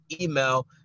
email